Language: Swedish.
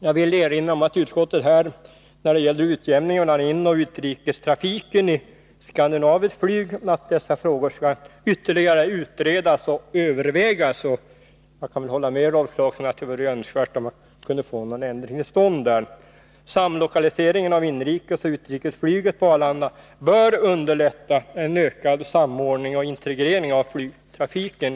Jag vill erinra om att utskottet framhållit att frågan om resultatutjämningen mellan inoch utrikestrafiken i skandinaviskt flyg skall ytterligare utredas och övervägas. Jag kan hålla med Rolf Clarkson om att det vore önskvärt att få en ändring till stånd. Samlokaliseringen av inoch utrikesflyget på Arlanda bör enligt min mening underlätta en ökad samordning och integrering av flygtrafiken.